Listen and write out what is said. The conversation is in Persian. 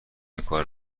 اینکار